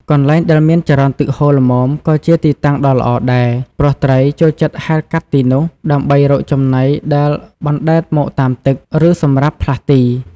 កន្លែងដែលមានចរន្តទឹកហូរល្មមក៏ជាទីតាំងដ៏ល្អដែរ ព្រោះត្រីចូលចិត្តហែលកាត់ទីនោះដើម្បីរកចំណីដែលបណ្តែតមកតាមទឹក ឬសម្រាប់ផ្លាស់ទី។